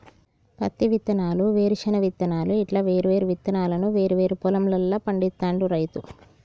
పత్తి విత్తనాలు, వేరుశన విత్తనాలు ఇట్లా వేరు వేరు విత్తనాలను వేరు వేరు పొలం ల పండిస్తాడు రైతు